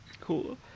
Cool